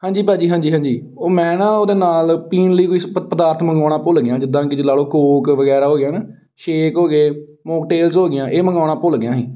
ਹਾਂਜੀ ਭਾਅ ਜੀ ਹਾਂਜੀ ਹਾਂਜੀ ਉਹ ਮੈਂ ਨਾ ਉਹਦੇ ਨਾਲ ਪੀਣ ਲਈ ਕੋਈ ਸ ਪਦਾਰਥ ਮੰਗਵਾਉਣਾ ਭੁੱਲ ਗਿਆ ਜਿੱਦਾਂ ਕਿ ਜੇ ਲਾ ਲਓ ਕੋਕ ਵਗੈਰਾ ਹੋ ਗਿਆ ਨਾ ਛੇਕ ਹੋ ਗਏ ਮੋਕਟੇਲਸ ਹੋ ਗਈਆਂ ਇਹ ਮੰਗਵਾਉਣਾ ਭੁੱਲ ਗਿਆ ਸੀ